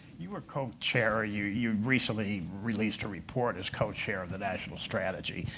you were co-chair. ah you you recently released a report as co-chair of the national strategy.